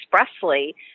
expressly